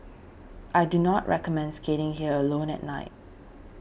I do not recommend skating here alone at night